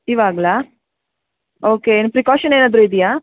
ಇವಾಗಲಾ okay ಏನು precaution ಏನಾದರೂ ಇದೆಯಾ